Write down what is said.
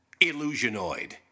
Illusionoid